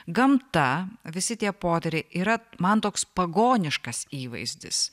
gamta visi tie potyriai yra man toks pagoniškas įvaizdis